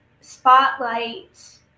spotlight